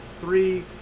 three